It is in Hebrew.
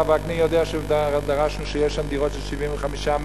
הרב וקנין יודע שדרשנו שיהיו שם דירות של 75 מטרים.